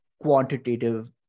quantitative